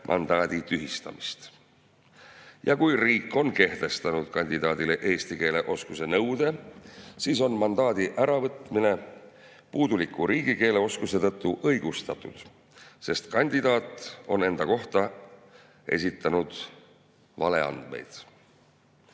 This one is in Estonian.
mandaadi tühistamist. Ja kui riik on kehtestanud kandidaadile eesti keele oskuse nõude, siis on mandaadi äravõtmine puuduliku riigikeeleoskuse tõttu õigustatud, sest kandidaat on enda kohta esitanud valeandmeid. Aga